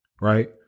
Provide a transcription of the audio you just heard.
right